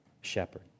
shepherd